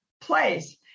place